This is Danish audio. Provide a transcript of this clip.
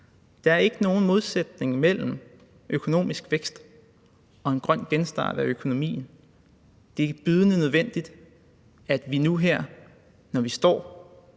Der er ikke nogen modsætning mellem økonomisk vækst og en grøn genstart af økonomien. Det er bydende nødvendigt, at vi nu her, når vi står